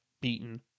beaten